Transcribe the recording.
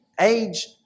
age